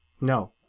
No